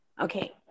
Okay